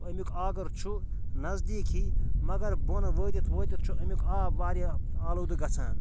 اَمیُک آگر چھُ نزدیٖک ہی مَگَر بۄنہٕ وٲتِتھ وٲتِتھ چھُ اَمیُک آب واریاہ آلوٗدٕ گَژھان